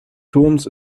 turms